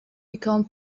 become